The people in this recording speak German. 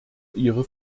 ihre